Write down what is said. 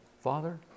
Father